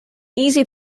easy